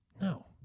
No